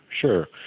Sure